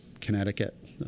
Connecticut